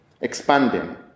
expanding